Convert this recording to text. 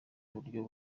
buryo